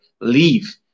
leave